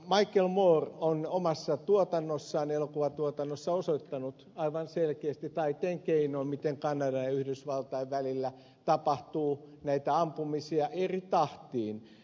michael moore on omassa elokuvatuotannossaan taiteen keinoin aivan selkeästi osoittanut miten kanadan ja yhdysvaltojen välillä tapahtuu näitä ampumisia eri tahtiin